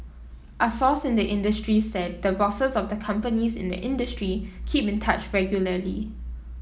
a source in the industry said the bosses of the companies in the industry keep in touch regularly